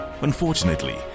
Unfortunately